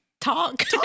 talk